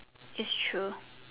it's true